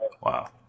Wow